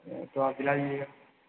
तो आप दिला दीजिएगा